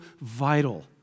vital